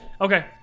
Okay